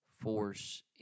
force